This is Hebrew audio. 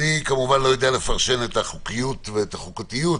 אני לא יודע לפרש את החוקיות ואת החוקתיות.